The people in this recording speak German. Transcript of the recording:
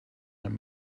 man